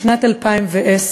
בשנת 2010,